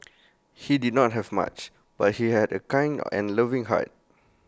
he did not have much but he had A kind and loving heart